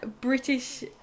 british